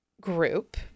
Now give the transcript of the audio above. group